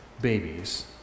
babies